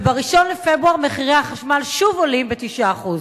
וב-1 בפברואר מחירי החשמל שוב עולים ב-9%?